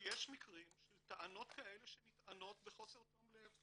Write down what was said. שיש מקרים של טענות כאלה שנטענות בחוסר תום לב.